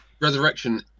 Resurrection